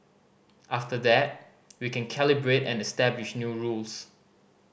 after that we can calibrate and establish new rules